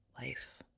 Life